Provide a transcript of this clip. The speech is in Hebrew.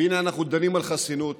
והינה אנחנו דנים על חסינות,